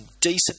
decent